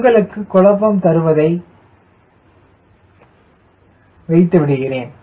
உங்களுக்கு குழப்பம் தருவதை வைத்து விடுகிறேன்